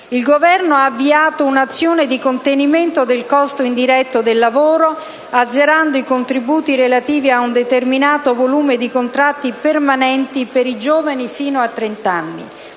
Il Governo ha avviato un'azione di contenimento del costo indiretto del lavoro azzerando i contributi relativi a un determinato volume di contratti permanenti per i giovani fino a trent'anni.